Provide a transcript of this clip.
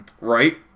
Right